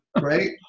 Right